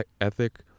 ethic